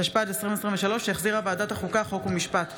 התשפ"ד 2023, שהחזירה ועדת החוקה, חוק ומשפט.